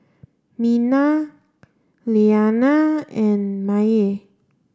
Mena Lillianna and Maye